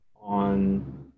on